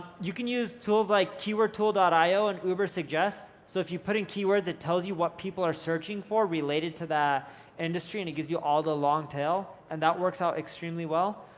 you can use tools like keywordtool io and ubersuggest. so if you put in keywords, it tells you what people are searching for related to the industry, and it gives you all the long tail, and that works out extremely well.